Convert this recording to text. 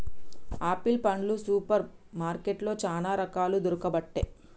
apple పండ్లు super మార్కెట్లో చానా రకాలు దొరుకబట్టె